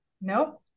Nope